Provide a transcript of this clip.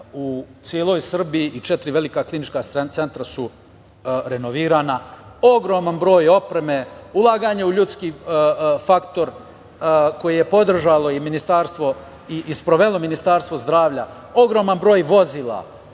u celoj Srbiji i četiri velika klinička centra su renovirana, ogroman broj opreme, ulaganje u ljudski faktor koji je podržalo i sprovelo Ministarstvo zdravlja, ogroman broj vozila.